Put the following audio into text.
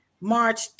March